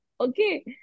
Okay